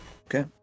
okay